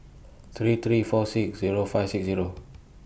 three three four six Zero five six Zero